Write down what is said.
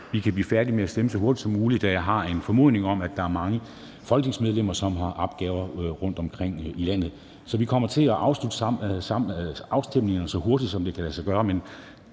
vi kan blive færdige med at stemme så hurtigt som muligt, da jeg har en formodning om, at der er mange folketingsmedlemmer, som har opgaver rundtomkring i landet. Så vi kommer til at afslutte afstemningerne så hurtigt, som det kan lade sig gøre,